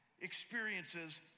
experiences